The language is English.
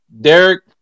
Derek